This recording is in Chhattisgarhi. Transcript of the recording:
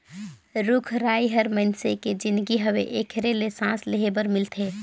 रुख राई हर मइनसे के जीनगी हवे एखरे ले सांस लेहे बर मिलथे